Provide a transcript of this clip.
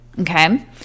okay